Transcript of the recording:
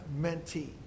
mentee